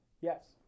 Yes